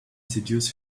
seduce